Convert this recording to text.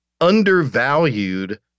undervalued